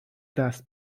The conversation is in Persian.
دست